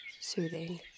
soothing